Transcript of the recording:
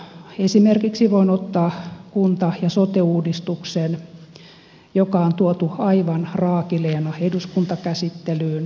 esimerkiksi voin ottaa kunta ja sote uudistuksen joka on tuotu aivan raakileena eduskuntakäsittelyyn